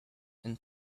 and